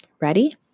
Ready